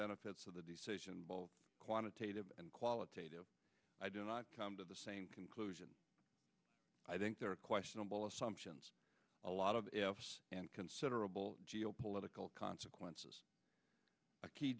benefits of the decision quantitative and qualitative i do not come to the same conclusion i think there are questionable assumptions a lot of ifs and considerable geopolitical consequences